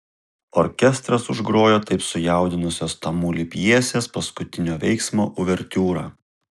orkestras užgrojo taip sujaudinusios tamulį pjesės paskutinio veiksmo uvertiūrą